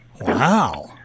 Wow